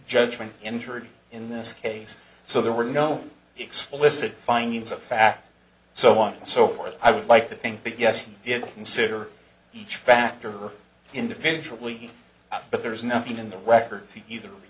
judgment injured in this case so there were no explicit findings of fact so on and so forth i would like to think big yes and it will consider each factor individually but there is nothing in the records either